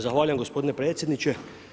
Zahvaljujem gospodine predsjedniče.